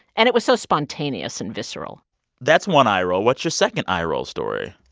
and it was so spontaneous and visceral that's one eye roll. what's your second eye-roll story?